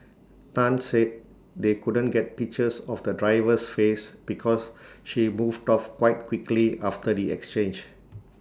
Tan said they couldn't get pictures of the driver's face because she moved off quite quickly after the exchange